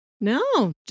no